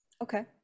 Okay